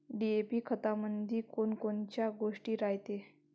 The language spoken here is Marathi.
डी.ए.पी खतामंदी कोनकोनच्या गोष्टी रायते?